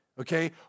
okay